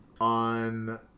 on